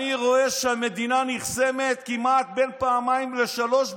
אני רואה שהמדינה נחסמת בין פעמיים לשלוש בשבוע.